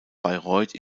bayreuth